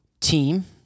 team